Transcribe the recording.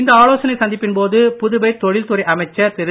இந்த ஆலோசனை சந்திப்பின்போது புதுவை தொழில்துறை அமைச்சர் திரு